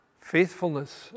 Faithfulness